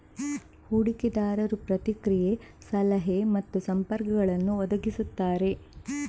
ಹೂಡಿಕೆದಾರರು ಪ್ರತಿಕ್ರಿಯೆ, ಸಲಹೆ ಮತ್ತು ಸಂಪರ್ಕಗಳನ್ನು ಒದಗಿಸುತ್ತಾರೆ